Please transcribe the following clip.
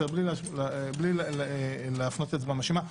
בלי להפנות אצבע מאשימה.